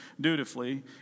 dutifully